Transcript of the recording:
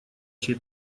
чей